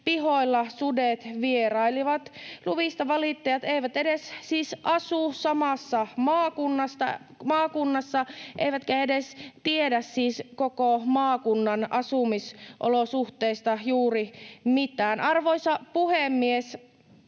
pihoilla sudet vierailevat. Luvista valittajat eivät edes siis asu samassa maakunnassa eivätkä edes tiedä siis koko maakunnan asumisolosuhteista juuri mitään. Arvoisa puhemies!